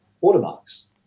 watermarks